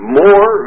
more